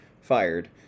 fired